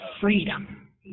freedom